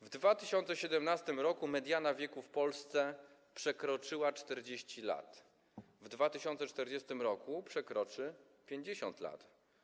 W 2017 r. mediana wieku w Polsce przekroczyła 40 lat, w 2040 r. przekroczy 50 lat.